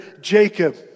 Jacob